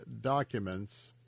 documents